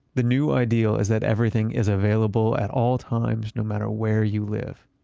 the new ideal is that everything is available at all times no matter where you live.